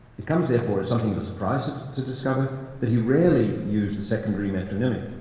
it comes, therefore, as something of a surprise to discover that he rarely used the secondary metronymic.